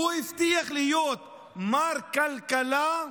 הוא הבטיח להיות מר כלכלה,